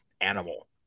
animal